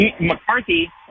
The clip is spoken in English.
McCarthy